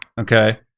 okay